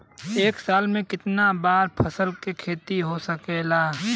एक साल में कितना बार फसल के खेती होखेला?